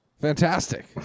fantastic